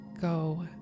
go